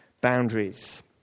boundaries